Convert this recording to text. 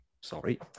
sorry